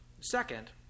Second